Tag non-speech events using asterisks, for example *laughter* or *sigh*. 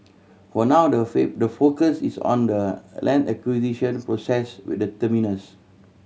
for now the *unintelligible* the focus is on the land acquisition process with the terminus